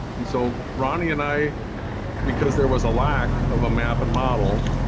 and so ronnie and i because there was a lack of a map and model